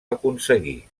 aconseguir